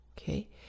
okay